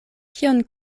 kion